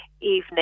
evening